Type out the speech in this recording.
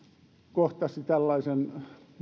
kohtasi tällaisen